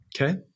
Okay